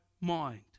mind